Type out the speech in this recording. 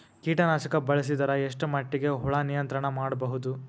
ಕೀಟನಾಶಕ ಬಳಸಿದರ ಎಷ್ಟ ಮಟ್ಟಿಗೆ ಹುಳ ನಿಯಂತ್ರಣ ಮಾಡಬಹುದು?